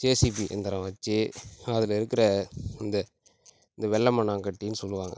JCB இயந்திரம் வச்சு அதில் இருக்கிற இந்த இந்த வெள்ளைமண்ணாங்கட்டின்னு சொல்லுவாங்கள்